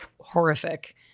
horrific